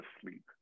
sleep